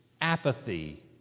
apathy